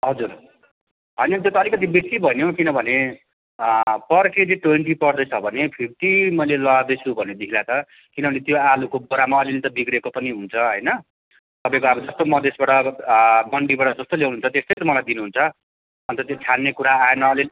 हजुर होइन त्यो त अलिकति बेसी भयो नि हौ किनभने पर केजी ट्वेन्टी पर्दैछ भने फिफ्टी मैले लाँदैछु भनेदेखिलाई त किनभने त्यो आलुको बोरामा अलिअलि त बिग्रिएको पनि हुन्छ होइन तपाईँको अब जस्तो मधेसबाट मन्डीबाट जस्तो ल्याउँछ त्यस्तै मलाई दिनुहुन्छ अन्त त्यो छान्ने कुरा आएन